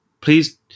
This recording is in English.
please